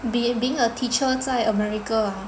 being a teacher 在 America ah